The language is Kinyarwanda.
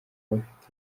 bafite